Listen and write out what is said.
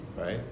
right